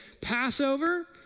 Passover